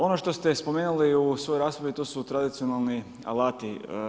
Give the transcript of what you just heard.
Ono što ste spomenuli u svojoj raspravi to su tradicionalni alati.